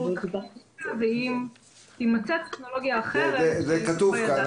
אם תימצא טכנולוגיה אחרת --- זה כתוב כאן.